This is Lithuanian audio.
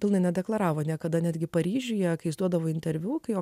pilną nedeklaravo niekada netgi paryžiuje kai duodavo interviu kai jo